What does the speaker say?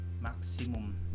maximum